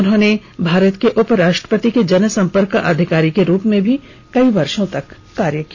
उन्होंने भारत के उपराष्ट्रपति के जन सम्पर्क अधिकारी के रूप में भी कई वर्षो तक कार्य किया